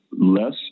less